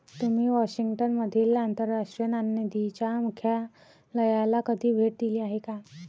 तुम्ही वॉशिंग्टन मधील आंतरराष्ट्रीय नाणेनिधीच्या मुख्यालयाला कधी भेट दिली आहे का?